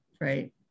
right